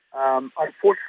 Unfortunately